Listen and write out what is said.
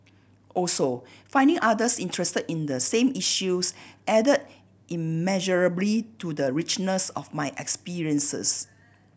also finding others interested in the same issues added immeasurably to the richness of my experiences